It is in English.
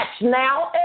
now